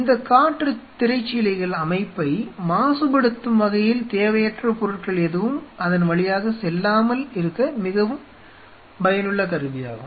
இந்த காற்று திரைச்சீலைகள் அமைப்பை மாசுபடுத்தும் வகையில் தேவையற்ற பொருட்கள் எதுவும் அதன் வழியாக செல்லாமல் இருக்க மிகவும் பயனுள்ள கருவியாகும்